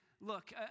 look